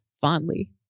fondly